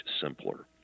simpler